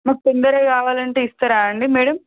మాకు తొందరగా కావాలంటే ఇస్తారా అండి మేడం